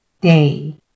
day